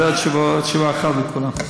זו תשובה אחת לכולם.